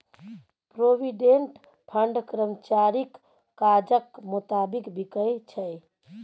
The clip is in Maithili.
प्रोविडेंट फंड कर्मचारीक काजक मोताबिक बिकै छै